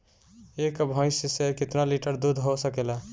एक भइस से कितना लिटर दूध हो सकेला?